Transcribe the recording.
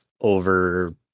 over